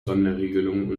sonderregelung